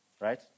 Right